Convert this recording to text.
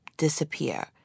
disappear